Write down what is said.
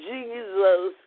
Jesus